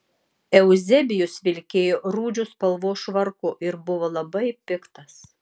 euzebijus vilkėjo rūdžių spalvos švarku ir buvo labai piktas